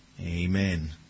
Amen